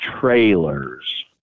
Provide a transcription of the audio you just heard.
trailers